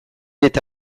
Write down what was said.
eta